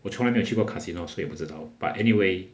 我从来没有去过 casino 所以不知道 but anyway